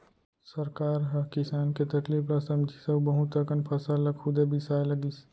सरकार ह किसान के तकलीफ ल समझिस अउ बहुत अकन फसल ल खुदे बिसाए लगिस